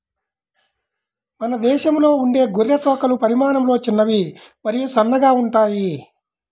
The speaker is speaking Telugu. మన దేశంలో ఉండే గొర్రె తోకలు పరిమాణంలో చిన్నవి మరియు సన్నగా ఉంటాయి